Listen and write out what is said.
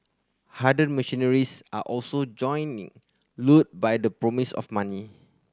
hardened mercenaries are also joining lured by the promise of money